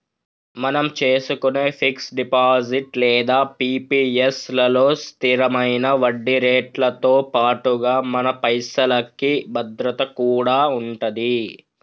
మనం చేసుకునే fix deposit లేదా పి.పి.ఎస్ లలో స్థిరమైన వడ్డీరేట్లతో పాటుగా మన పైసలకి భద్రత కూడా ఉంటది